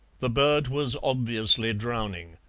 the bird was obviously drowning.